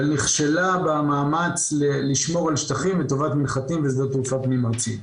אבל נכשלה במאמץ לשמור על שטחים לטובת מנחתים ושדות תעופה פנים ארציים.